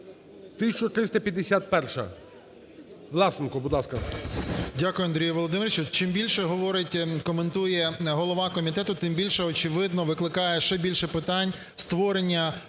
1351-а. Власенко, будь ласка.